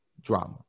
drama